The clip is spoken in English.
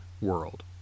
world